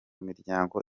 miryango